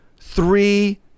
three